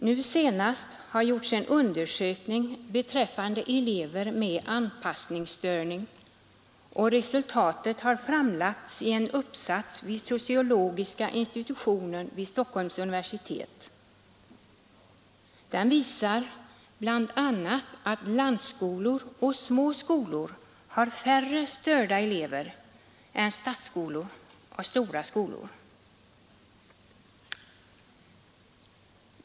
Nu senast har en undersökning gjorts beträffande elever med anpassningsstörningar, och resultatet har framlagts i en uppsats vid sociologiska institutionen vid Stockholms universitet. Det visar bl.a. att landsskolor och små skolor har färre störda elever än stadsskolor och stora skolor.